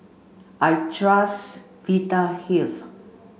I trust Vitahealth